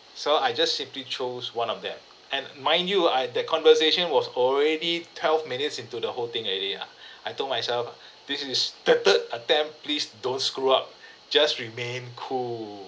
so I just simply chose one of them and mind you I that conversation was already twelve minutes into the whole thing already ah I told myself this is third third attempt please don't screw up just remain cool